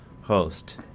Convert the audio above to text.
host